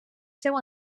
seu